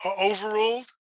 overruled